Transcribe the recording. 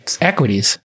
equities